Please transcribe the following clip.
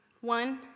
One